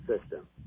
system